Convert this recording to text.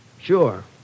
Sure